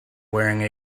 wearing